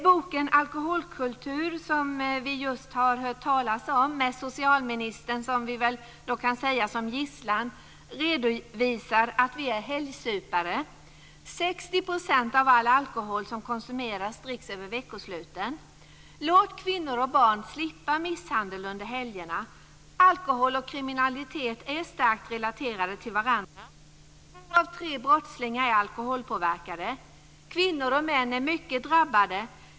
Boken Alkoholkultur, som vi just har hört talas om, med socialministern så att säga som gisslan, redovisar att vi är helgsupare. 60 % av all alkohol som konsumeras dricks över veckosluten. Låt kvinnor och barn slippa misshandel under helgerna. Alkohol och kriminalitet är starkt relaterade till varandra. Två av tre brottslingar är alkoholpåverkade. Kvinnor och män är mycket drabbade.